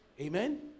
amen